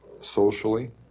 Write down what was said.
socially